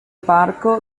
parco